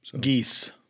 Geese